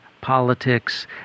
politics